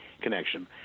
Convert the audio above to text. connection